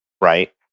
Right